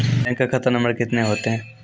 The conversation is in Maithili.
बैंक का खाता नम्बर कितने होते हैं?